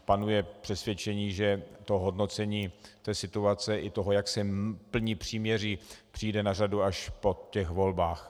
Panuje přesvědčení, že hodnocení situace i to, jak se plní příměří, přijde na řadu až po těch volbách.